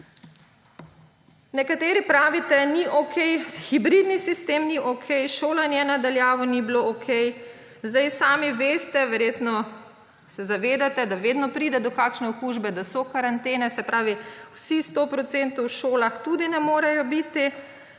Nekateri pravite, ni okej, hibridni sistem ni okej, šolanje na daljavo ni bilo okej. Sami veste, verjetno se zavedate, da vedno pride do kakšne okužbe, da so karantene. Se pravi vsi, 100 %, v šolah ne morejo biti.